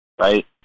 right